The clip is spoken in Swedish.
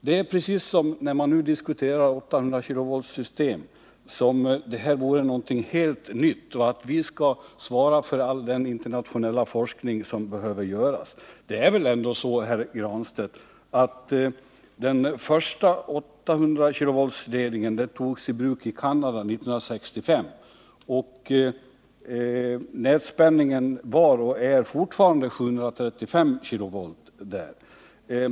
När man nu diskuterar system för 800 kV är det precis som om det vore någonting helt nytt och att vi skall svara för all den internationella forskning som behöver göras. Det är väl ändå så, herr Granstedt, att den första 800-kV-ledningen togs i bruk i Canada 1965. Nätspänningen var och är fortfarande 735 kV.